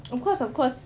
of course of course